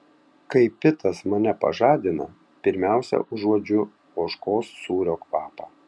kai pitas mane pažadina pirmiausia užuodžiu ožkos sūrio kvapą